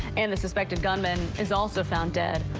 and the suspected gunman is also found dead.